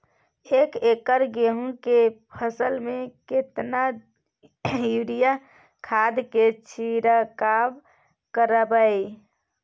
एक एकर गेहूँ के फसल में केतना यूरिया खाद के छिरकाव करबैई?